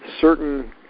certain